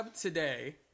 today